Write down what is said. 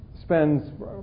spends